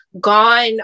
gone